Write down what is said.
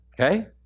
Okay